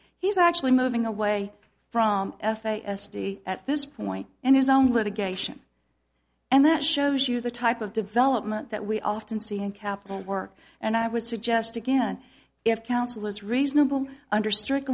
he's actually moving away from f a s t at this point and his own litigation and that shows you the type of development that we often see in capital work and i would suggest again if counsel is reasonable under stric